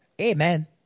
Amen